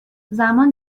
زمان